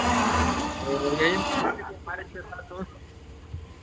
तो यही हम कह रहे थे कि हमारे छह सात दोस्त